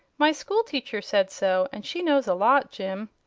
my school-teacher said so and she knows a lot, jim.